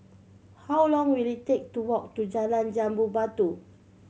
how long will it take to walk to Jalan Jambu Batu